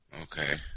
Okay